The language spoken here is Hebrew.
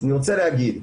אני רוצה להגיד,